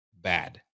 bad